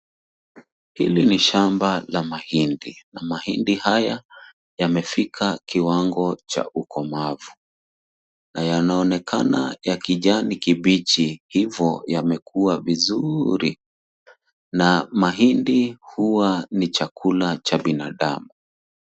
Hili ni shamba la mahindi na mahindi haya yamefika kiwango cha ukomavu na yanaonekana ya kijani kibichi hivyo yamekua vizuri na mahindi huwa ni chakula cha binadamu.